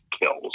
kills